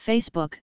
Facebook